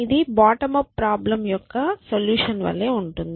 ఇది bottom up ప్రాబ్లెమ్యొక్క solution వలే ఉంటుంది